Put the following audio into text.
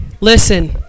listen